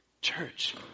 Church